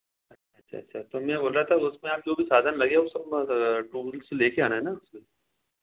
अच्छा अच्छा तो मैं बोल रहा था उसमें आप जो भी साधन लगे वह सब टूल्स लेकर आना है ना उसमें